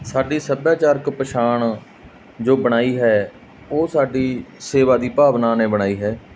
ਸਾਡੀ ਸੱਭਿਆਚਾਰਕ ਪਛਾਣ ਜੋ ਬਣਾਈ ਹੈ ਉਹ ਸਾਡੀ ਸੇਵਾ ਦੀ ਭਾਵਨਾ ਨੇ ਬਣਾਈ ਹੈ